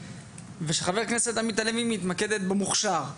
ושל חבר הכנסת עמית הלוי מתמקדת במוכש"ר.